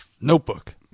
notebook